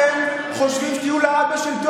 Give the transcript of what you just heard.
זה גם פגיעה בערך, אתם חושבים שתהיו לעד בשלטון,